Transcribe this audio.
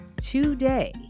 today